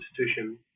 institution